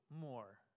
more